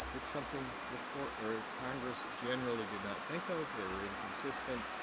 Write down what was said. it's something that court or ah congress generally did not think of. they were inconsistent.